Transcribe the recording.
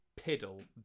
piddle